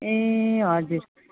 ए हजुर